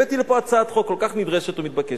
הבאתי לפה הצעת חוק כל כך נדרשת ומתבקשת.